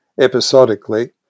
episodically